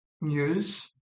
news